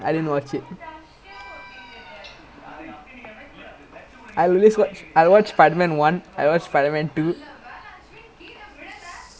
I recently watch lah I watch err spider man then I watch spider man three because like spider man சப்பையா இருக்கும்:sappaiyaa irukkum because the doctor octopus or something சப்பையா இருக்கும்:sappaiyaa irukkum lah